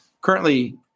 currently